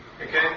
Okay